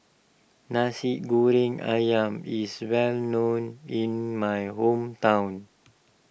Nasi Goreng Ayam is well known in my hometown